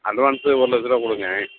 advance ஒரு லட்ச ரூபாக் கொடுங்க